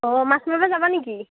অঁ মাছ মাৰিব যাবা নেকি